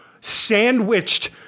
sandwiched